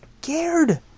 scared